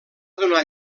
donar